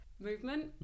movement